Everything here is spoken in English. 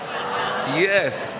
Yes